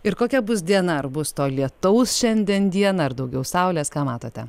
ir kokia bus diena ar bus to lietaus šiandien dieną ar daugiau saulės ką matote